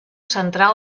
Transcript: centrà